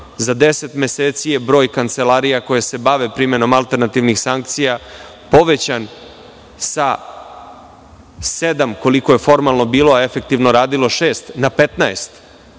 za deset meseci je broj kancelarija koje se bave primenom alternativnih sankcija povećan sa sedam, koliko je formalno bilo, a efektivno radilo šest, na 15